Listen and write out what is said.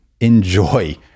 enjoy